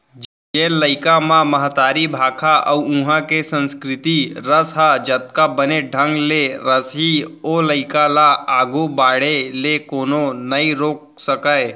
जेन लइका म महतारी भाखा अउ उहॉं के संस्कृति रस ह जतका बने ढंग ले रसही ओ लइका ल आघू बाढ़े ले कोनो नइ रोके सकयँ